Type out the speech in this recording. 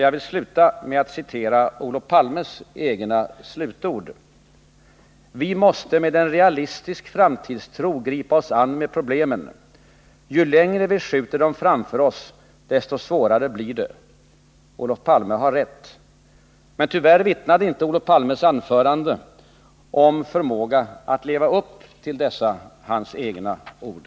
Jag vill sluta med att citera Olof Palmes slutord i den debatt jag tidigare åberopade: ”Vi måste med en realistisk framtidstro gripa oss an med problemen. Ju längre vi skjuter dem framför oss, desto svårare blir det.” Olof Palme har rätt. Men tyvärr vittnade inte Olof Palmes anförande i dag om förmåga att leva upp till dessa hans egna ord.